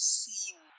seen